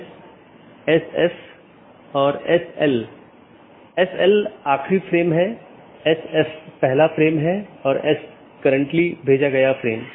इसलिए हर कोई दुसरे को जानता है या हर कोई दूसरों से जुड़ा हुआ है